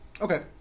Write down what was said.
Okay